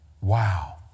Wow